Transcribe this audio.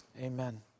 Amen